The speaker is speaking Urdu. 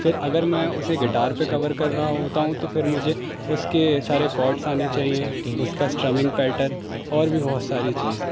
پھر اگر میں اسے گٹار پہ کور کر رہا ہوتا ہوں تو پھر مجھے اس کے سارے کوڈس آنے چاہئیے اس کا اسٹرمنگ پیٹرن اور بھی بہت ساری چیز